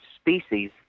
species